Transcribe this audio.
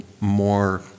more